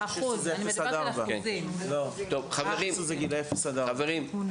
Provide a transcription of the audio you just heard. אני רואה שבנייר החשוב ש"מים חיים"